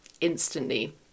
instantly